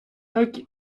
так